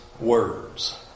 words